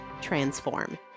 transform